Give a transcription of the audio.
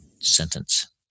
sentence